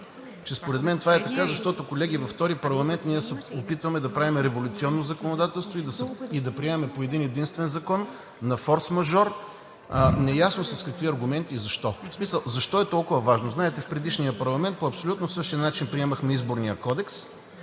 че според мен това, защото, колеги, във втори парламент ние се опитваме да правим революционно законодателство и да приемем по един-единствен закон на форсмажор, неясно с какви аргументи и защо. Защо е толкова важно? Знаете в предишния парламент по абсолютно същия начин приемахме Изборния кодекс.